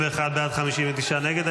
51 בעד, 59 נגד.